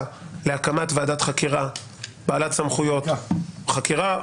להקמת ועדת חקירה בעלת סמכויות חקירה,